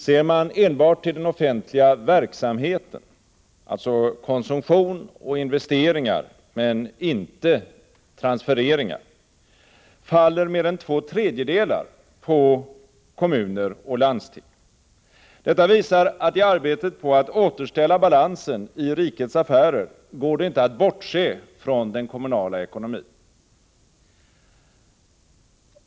Ser man enbart till den offentliga verksamheten — alltså konsumtion och investeringar men inte transfereringar — faller mer än två tredjedelar på kommuner och landsting. Detta visar att i arbetet på att återställa balansen i rikets affärer går det inte att bortse från den kommunala ekonomin.